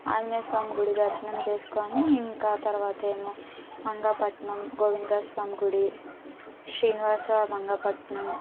ఆంజనేస్వామి గుడి దర్శనం చేస్కుని ఇంక తర్వాతేమో మంగాపట్నం గోవిందరాజ స్వామి గుడి శ్రీనివాస మంగాపట్నం